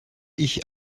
ich